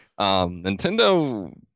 nintendo